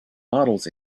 models